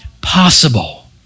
possible